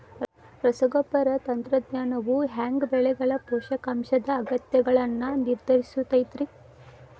ರಸಗೊಬ್ಬರ ತಂತ್ರಜ್ಞಾನವು ಹ್ಯಾಂಗ ಬೆಳೆಗಳ ಪೋಷಕಾಂಶದ ಅಗತ್ಯಗಳನ್ನ ನಿರ್ಧರಿಸುತೈತ್ರಿ?